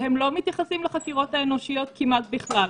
והם לא מתייחסים לחקירות האנושיות כמעט בכלל,